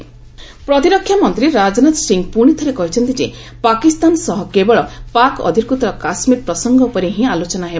ରାଜନାଥ କାଶ୍ମୀର ପ୍ରତିରକ୍ଷା ମନ୍ତ୍ରୀ ରାଜନାଥ ସିଂ ପୁଣି ଥରେ କହିଛନ୍ତି ଯେ ପାକିସ୍ତାନ ସହ କେବଳ ପାକ୍ ଅଧିକୃତ କାଶ୍ମୀର ପ୍ରସଙ୍ଗ ଉପରେ ହିଁ ଆଲୋଚନା ହେବ